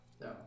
no